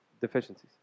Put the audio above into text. deficiencies